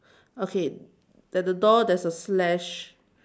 okay at the door there's a slash